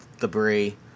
debris